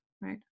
right